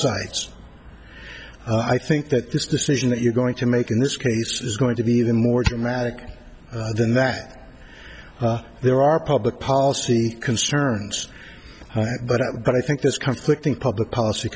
sides i think that this decision that you're going to make in this case is going to be even more dramatic than that there are public policy concerns but i think this conflict in public policy